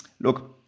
look